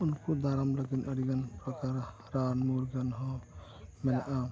ᱩᱱᱠᱩ ᱫᱟᱨᱟᱢ ᱞᱟᱹᱜᱤᱫ ᱟᱹᱰᱤ ᱜᱟᱱ ᱯᱨᱚᱠᱟᱨᱟ ᱨᱟᱱ ᱢᱩᱨᱜᱟᱹᱱ ᱦᱚᱸ ᱢᱮᱱᱟᱜᱼᱟ